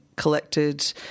collected